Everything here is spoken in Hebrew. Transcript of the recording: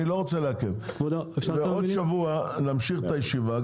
שהיבואן הישיר מייבא מגיע גירעון עם ריבית